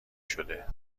شده